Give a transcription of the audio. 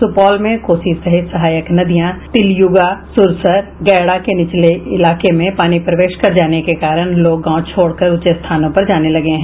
सुपौल में कोसी सहित सहायक नदी तिलयुगा सुरसर और गैड़ा के निचले इलाके में पानी प्रवेश कर जाने के कारण लोग गांव छोड़ कर ऊंचे स्थानों पर जाने लगे हैं